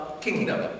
kingdom